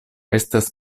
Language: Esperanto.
estas